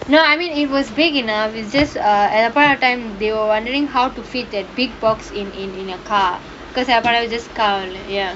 no I mean it was big enough it's just uh at a point of time they were wondering how to fit the big box in in in a car because I part just car only ya